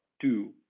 two